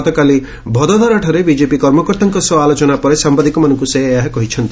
ଗତକାଲି ଭଦୋଦରାଠାରେ ବିଜେପି କର୍ମକର୍ତ୍ତାଙ୍କ ସହ ଆଲୋଚନା ପରେ ସାମ୍ଭାଦିକମାନଙ୍କୁ ସେ ଏହା କହିଛନ୍ତି